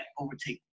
overtake